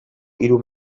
hiru